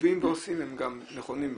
מצווים ועושים, הם גם נכונים ועושים.